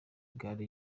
gare